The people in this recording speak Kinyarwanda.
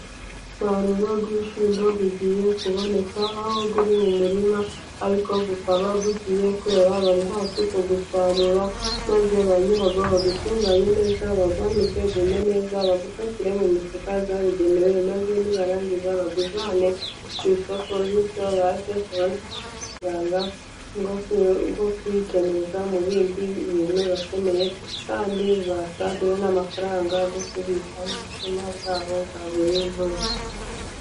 Umusaruro w'ibishyimbo ugiye kuboneka, aho uri mu murima ariko ukaba ugiye kwera, bari hafi kuwusarura, maze bayirawo bawutunganye neza, maze bawanike wume neza, bawupakire mu mifuka yabigenewe ,maze nibarangiza bawujyane ku isoko, bityo baze kubona amafaranga yo kwikenuza mu bindi bintu bakeneye, kandi basagure n'amafaranga yo kubika mu buzima bwabo bwa buri munsi.